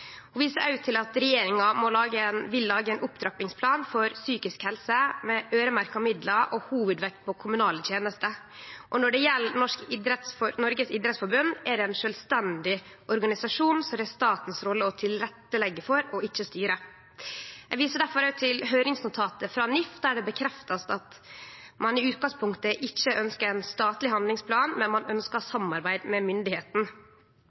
viser også til at regjeringa vil lage ein opptrappingsplan for psykisk helse med øyremerkte midlar og hovudvekt på kommunale tenester. Når det gjeld Norges idrettsforbund, er det ein sjølvstendig organisasjon som det er statens rolle å tilretteleggje for, ikkje styre. Eg viser difor også til høyringsnotatet frå NIF, der ein bekreftar at ein i utgangspunktet ikkje ønskjer ein statleg handlingsplan, men samarbeid med myndigheitene. Frå Arbeidarpartiets side vil eg rose det arbeidet som NIF har bidratt med